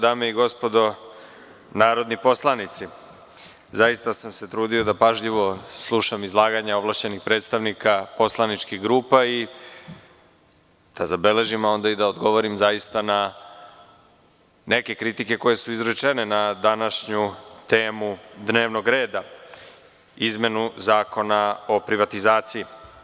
Dame i gospodo narodni poslanici, zaista sam se trudio da pažljivo slušam izlaganja ovlašćenih predstavnika poslaničkih grupa i da zabeležim, a onda i da odgovorim na neke kritike koje su izrečene na današnju temu dnevnog reda – izmenu Zakona o privatizaciji.